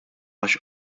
għax